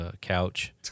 couch